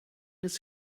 his